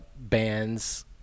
Bands